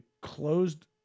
closed